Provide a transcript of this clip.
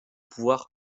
pouvoir